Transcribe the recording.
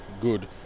good